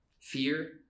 fear